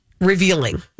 Revealing